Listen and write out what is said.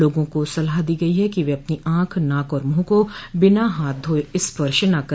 लोगों को सलाह दी गई है कि वे अपनी आंख नाक और मुंह को बिना हाथ धोये स्पर्श न कर